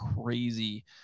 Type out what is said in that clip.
crazy